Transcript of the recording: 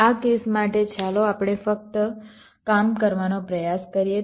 આ કેસ માટે ચાલો આપણે ફક્ત કામ કરવાનો પ્રયાસ કરીએ